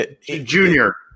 junior